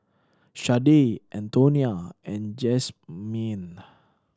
Shardae Antonia and Jazmyne